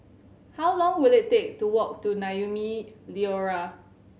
how long will it take to walk to Naumi Liora